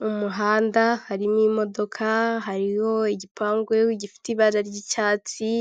Mu muhanda harimo imodoka, hariho igipangu gifite ibara ry'icyatsi,